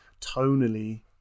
tonally